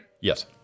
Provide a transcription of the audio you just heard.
Yes